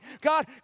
God